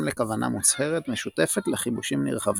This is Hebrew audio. לכוונה מוצהרת משותפת לכיבושים נרחבים,